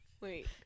Wait